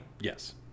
Yes